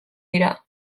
dira